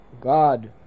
God